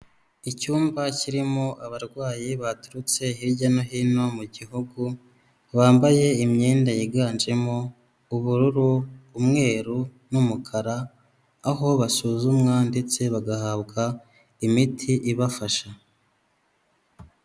Icyumba kirimo abarwayi baturutse hirya no hino mu gihugu bambaye imyenda yiganjemo ubururu, umweru, n'umukara, aho basuzumwa ndetse bagahabwa imiti ibafasha.